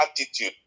attitude